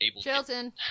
Chilton